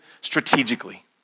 strategically